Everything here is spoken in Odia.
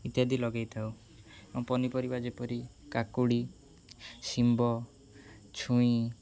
ଇତ୍ୟାଦି ଲଗେଇଥାଉ ଆଉ ପନିପରିବା ଯେପରି କାକୁଡ଼ି ଶିମ୍ବ ଛୁଇଁ